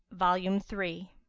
volume three